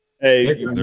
Hey